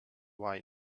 why